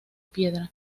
piedra